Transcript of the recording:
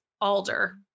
Alder